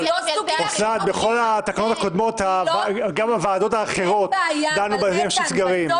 בכל התקנות הקודמות גם בוועדות האחרות דנו בעניין של סגרים.